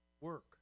work